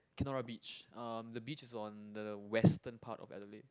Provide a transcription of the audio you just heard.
Kenora Beach um the beach is on the western part of Adelaide